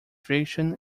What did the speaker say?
friction